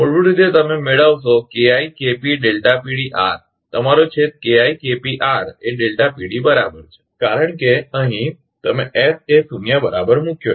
મૂળભૂત રીતે તમે મેળવશો તમારો છેદ એ બરાબર છે કારણ કે અહીં તમે એસ એ શૂન્ય બરાબર મૂકયો છે